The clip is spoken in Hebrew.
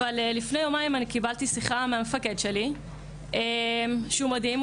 אבל לפני יומיים אני קיבלתי שיחה מהמפקד שלי שהוא בן אדם מדהים.